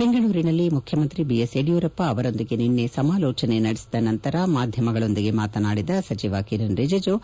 ಬೆಂಗಳೂರಿನಲ್ಲಿ ಮುಖ್ಯಮಂತ್ರಿ B S Yediyurappa ಅವರೊಂದಿಗೆ ನಿನ್ನೆ ಸಮಾಲೋಚನೆ ನಡೆಸಿದ ನಂತರ ಮಾಧ್ಲಮಗಳೊಂದಿಗೆ ಮಾತನಾಡಿದ ಸಚಿವ ಕಿರೆನ್ ರಿಜಿಜು